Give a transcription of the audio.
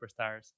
superstars